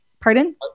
Pardon